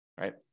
right